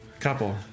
Couple